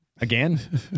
Again